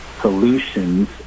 solutions